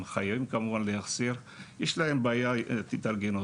יש להם בעיית התארגנות.